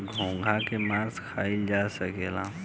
घोंघा के मास खाइल जा सकेला